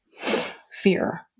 fear